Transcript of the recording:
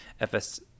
fs